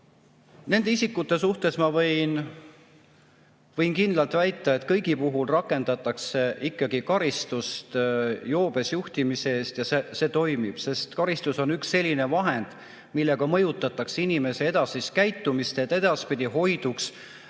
Nende isikute kohta ma võin kindlalt väita, et kõigi puhul rakendatakse ikkagi karistust joobes juhtimise eest. Ja see toimib, sest karistus on üks vahend, millega mõjutatakse inimese edasist käitumist, et ta edaspidi hoiduks